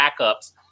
backups